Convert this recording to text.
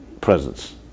presence